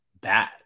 bad